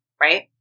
right